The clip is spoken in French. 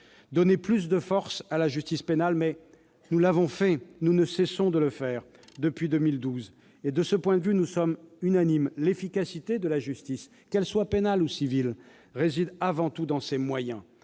Donner plus de force à la justice pénale ? Mais nous l'avons fait ! Nous ne cessons de le faire depuis 2012 ! De ce point de vue, nous sommes unanimes : l'efficacité de la justice, qu'elle soit pénale ou civile, réside avant tout dans ses moyens.